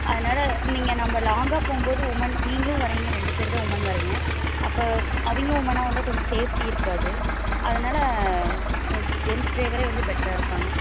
அதனால நீங்கள் நம்ம லாங்காக போகும் போது உமன் நீங்களும் வரீங்க ரெண்டு பேர் தான் உமன் வரீங்க அப்போ அவர்களும் உமன்னாக வந்தால் கொஞ்சம் சேஃப்ட்டி இருக்காது அதனால ஜென்ஸ் டிரைவரே வந்து பெட்ராக இருப்பாங்க